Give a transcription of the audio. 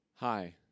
Hi